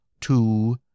two